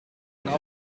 een